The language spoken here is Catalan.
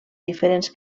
diferents